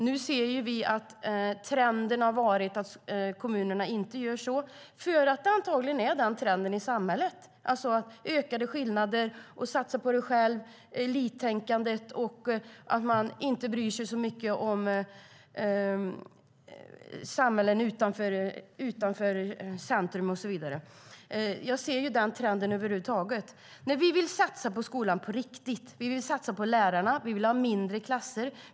Nu ser vi att trenden har varit att kommunerna inte gör så, antagligen för att det är den trenden i samhället, alltså ökade skillnader, satsa på dig själv, elittänkandet och att man inte bryr sig så mycket om samhällen utanför centrum och så vidare. Jag ser ju den trenden över huvud taget. Vi vill satsa på skolan på riktigt. Vi vill satsa på lärarna. Vi vill ha mindre klasser.